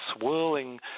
swirling